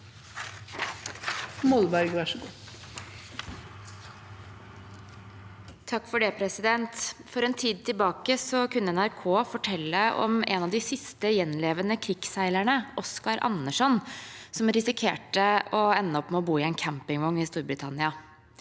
Molberg (H) (ordfører for saken): For en tid tilbake kunne NRK fortelle om en av de siste gjenlevende krigsseilerne, Oscar Anderson, som risiker te å ende opp med å bo i en campingvogn i Storbritannia.